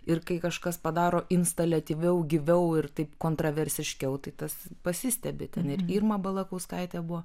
ir kai kažkas padaro instaliatyviau gyviau ir taip kontroversiškiau tai tas pasistebi ten ir irma balakauskaitė buvo